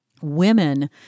women